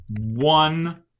One